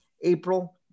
April